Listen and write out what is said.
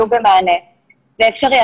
זה אפשרי.